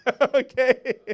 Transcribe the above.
okay